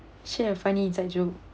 share a funny inside joke